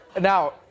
Now